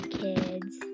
kids